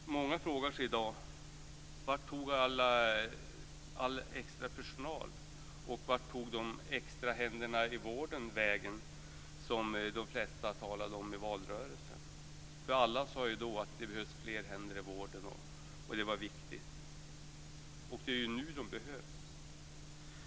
Många frågar sig i dag vart all extra personal och de extra händerna i vården tog vägen. De flesta talade ju om detta i valrörelsen. Alla sade ju då att de behövdes fler händer i vården och att det var viktigt. Det är ju nu de behövs.